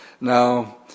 Now